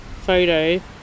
photo